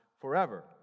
forever